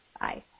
Bye